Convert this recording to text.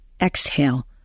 Exhale